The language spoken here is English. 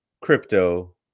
crypto